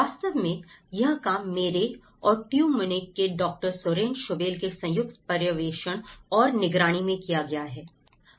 वास्तव में यह काम मेरे और टू म्यूनिख के डॉ सोरेन शोबेल के संयुक्त पर्यवेक्षण और निगरानी में किया गया है